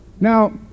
Now